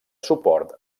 suport